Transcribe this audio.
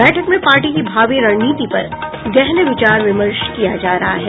बैठक में पार्टी की भावी रणनीति पर गहन विचार विमर्श किया जा रहा है